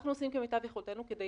אנחנו עושים כמיטב יכולתנו כדי